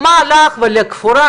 מה לך ולקבורה?